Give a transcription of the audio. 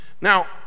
Now